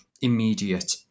immediate